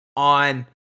on